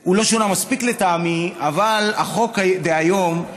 הוא לא שונה מספיק, לטעמי, אבל החוק דהיום,